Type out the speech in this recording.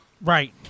Right